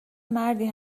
مردی